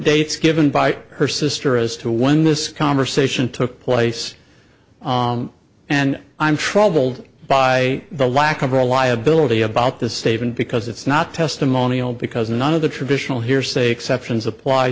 dates given by her sister as to when this conversation took place and i'm troubled by the lack of reliability about this statement because it's not testimonial because none of the traditional hearsay exceptions apply